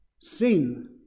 Sin